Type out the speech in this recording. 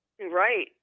Right